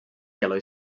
yellow